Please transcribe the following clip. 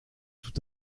tout